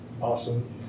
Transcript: awesome